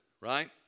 right